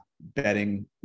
betting